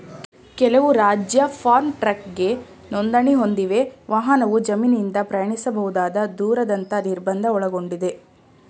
ಕೆಲವು ರಾಜ್ಯ ಫಾರ್ಮ್ ಟ್ರಕ್ಗೆ ನೋಂದಣಿ ಹೊಂದಿವೆ ವಾಹನವು ಜಮೀನಿಂದ ಪ್ರಯಾಣಿಸಬಹುದಾದ ದೂರದಂತ ನಿರ್ಬಂಧ ಒಳಗೊಂಡಿದೆ